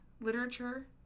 literature